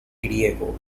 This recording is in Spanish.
griego